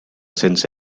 cents